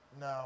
No